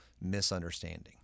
misunderstanding